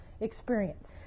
experience